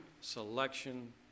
selection